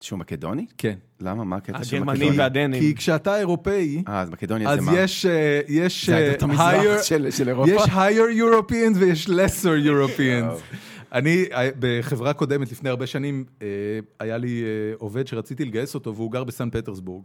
שהוא מקדוני? כן. למה? מה הקטע? כי אתה... הגרמנים והדנים. כי כשאתה אירופאי... אה, אז מקדוני הזה מה? אז יש... יש... זה הייתה את המזמחת של אירופה? יש higher Europeans ויש lesser Europeans. אני בחברה קודמת לפני הרבה שנים, היה לי עובד שרציתי לגייס אותו והוא גר בסן פטרסבורג.